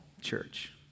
church